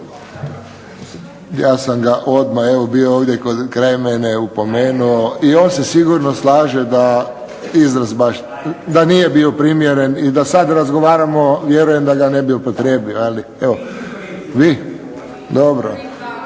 Ja sam ga odmah, evo bio je ovdje kraj mene, opomenuo, i on se sigurno slaže da izraz baš, da nije bio primjeren i da sad razgovaramo vjerujem da ga ne bi upotrijebio.